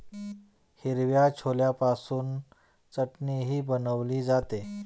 हिरव्या छोल्यापासून चटणीही बनवली जाते